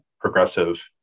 progressive